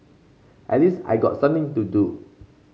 at least I got something to do